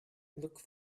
look